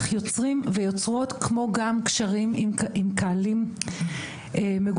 יוצרים ויוצרות כמו גם קשרים עם קהלים מגוונים.